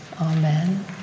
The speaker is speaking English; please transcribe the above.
Amen